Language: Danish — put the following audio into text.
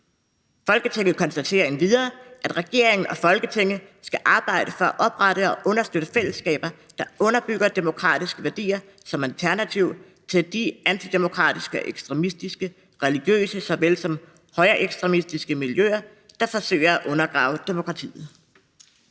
Folketinget konstaterer endvidere, at regeringen og Folketinget skal arbejde for at oprette og understøtte fællesskaber, der underbygger demokratiske værdier som alternativ til de antidemokratiske og ekstremistiske religiøse såvel som højreekstreme miljøer, der forsøger at undergrave demokratiet.«